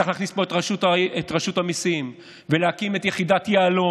צריך להכניס פה את רשות המיסים ולהקים את יחידת יהלום,